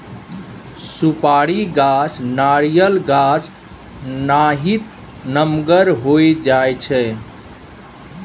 सुपारी गाछ नारियल गाछ नाहित नमगर होइ छइ